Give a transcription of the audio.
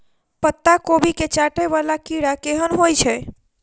पत्ता कोबी केँ चाटय वला कीड़ा केहन होइ छै?